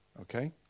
okay